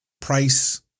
price